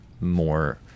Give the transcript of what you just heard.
more